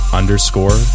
underscore